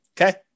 Okay